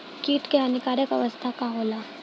कीट क हानिकारक अवस्था का होला?